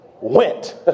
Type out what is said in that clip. went